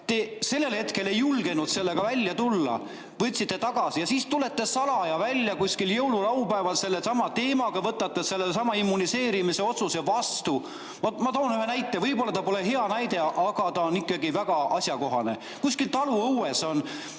Te sellel hetkel ei julgenud sellega välja tulla, võtsite tagasi. Ja siis tulite salaja umbes jõululaupäeval välja sellesama teemaga ja võtsite sellesama immuniseerimise otsuse vastu. Ma toon ühe näite. Võib-olla see pole hea näide, aga on ikkagi väga asjakohane. Kuskil taluõues